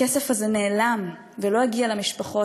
הכסף הזה נעלם ולא הגיע למשפחות.